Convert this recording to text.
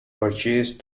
purchased